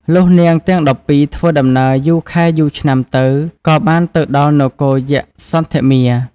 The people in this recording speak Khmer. លុះនាងទាំង១២ធ្វើដំណើរយូរខែយូរឆ្នាំទៅក៏បានទៅដល់នគរយក្សសន្ធមារ។